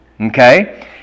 Okay